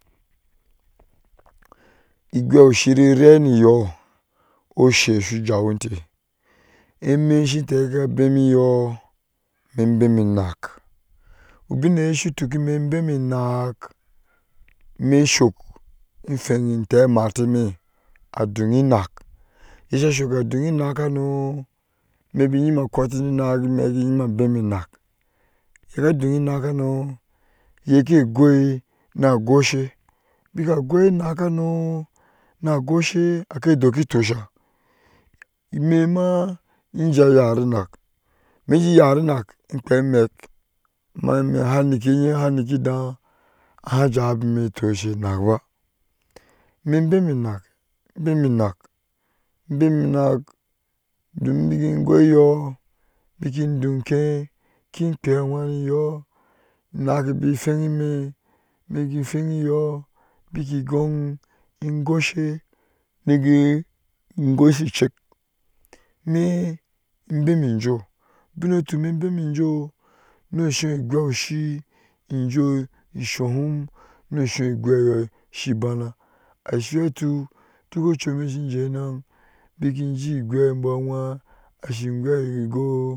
Igwashi niraiŋe yɔɔ oshe su jahwete emi shin tike ebɔɔmiyɔɔ mi bɛmɛ nak ubinyeh su tuk mi ebɛmɛ nak mi sok ehweŋ ŋteh amatemi adoŋ enak eye sa soka doŋe enakanu mi babe nima kwate ninak imeke nima bemi nak iye sa don ɛnakawu iye ka gwai na gwashe beka gwai ɛnakanu na gwashe ka dɔɔki tosa mɛma njen yare nak mijenje yare nak ikpaya amɛk ma mɛ har nike niki dɛ̃h haa jabenni tosai nak ibemi nak bemi na domin baki gwaiyɔɔ beki dɔɔke ki kpe wheŋ niyɔɔ onake ki kpe wheŋ mi mɛ hweŋ yɔɔ beki ŋgwon ngoshe nigeŋ gwai shi chek mɛ bemi ŋjoh ubin ye su tuk, mi bemi njoh musun igwashi njoh sohum nusun igwaishi bana ashi yɔɔ tuk duko chumi shi jey eneh nijey awhen shi gwai bɔɔ sa awheŋ.